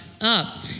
up